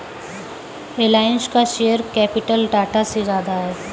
रिलायंस का share capital Tata से ज्यादा है